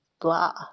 blah